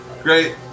Great